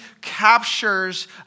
captures